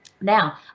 Now